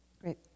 Great